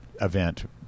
event